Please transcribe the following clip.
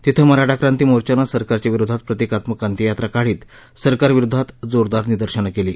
तिथं मराठा क्रांती मोर्चानं सरकारच्या विरोधात प्रतिकात्मक अंत्ययात्रा काढीत सरकार विरोधात जोरदार निदर्शनं केली